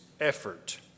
effort